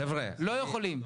לא יכולים.